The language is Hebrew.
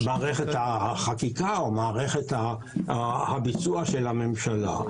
המערכת החקיקה או מערכת הביצוע של הממשלה.